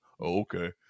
okay